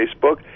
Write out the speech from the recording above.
Facebook